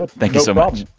but thank you so much